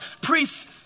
priests